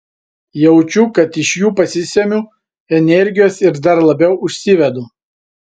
jaučiu kad iš jų pasisemiu energijos ir dar labiau užsivedu